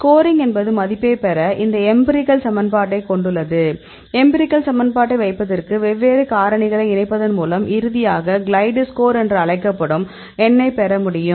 scoring என்பது மதிப்பைப் பெற இந்த எம்பிரிகல் சமன்பாட்டைக் கொண்டுள்ளது எம்பிரிகல் சமன்பாட்டை வைப்பதற்கு வெவ்வேறு காரணிகளை இணைப்பதன் மூலம் இறுதியாக கிளைடு ஸ்கோர் என்று அழைக்கப்படும் எண்ணைப் பெறமுடியும்